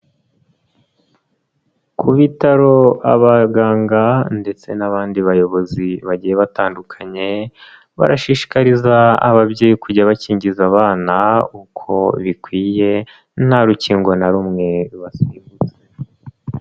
Ku bitaro abaganga ndetse n'abandi bayobozi bagiye batandukanye, barashishikariza ababyeyi kujya bakingiza abana uko bikwiye nta rukingo na rumwe basimbutse.